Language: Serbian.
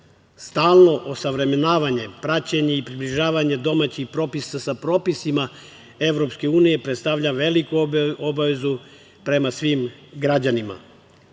Stalno osavremenjavanje, praćenje i približavanje domaćih propisa sa propisima EU predstavlja veliku obavezu prema svim građanima. Ukratko,